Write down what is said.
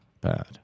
bad